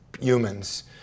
humans